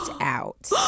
out